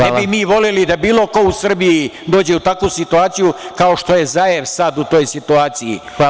Ne bi mi voleli da bilo ko u Srbiji dođe u takvu situaciju, kao što je Zaev sad u toj situaciji.